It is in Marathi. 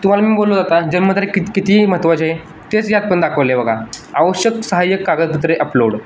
तुम्हाला मग बोललो जाता जन्मतारीख कित कितीही महत्त्वाचे आहे तेच यात पण दाखवलं आहे बघा आवश्यक सहाय्यक कागदपत्रे अपलोड